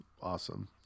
awesome